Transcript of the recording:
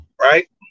right